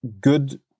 good